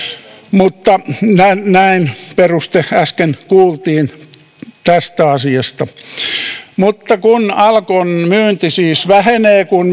mutta näin peruste äsken kuultiin tästä asiasta mutta alkon myynti siis vähenee kun